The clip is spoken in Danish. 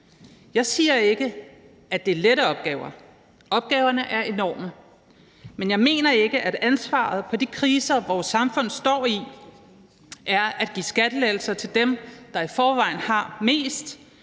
Jeg siger ikke, at det er lette opgaver, opgaverne er enorme, men jeg mener ikke, at svaret på de kriser, vores samfund står i, er at give skattelettelser til dem, der i forvejen har mest,